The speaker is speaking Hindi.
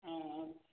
हाँ हाँ